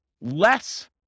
less